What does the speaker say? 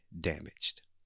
damaged